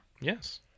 Yes